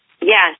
Yes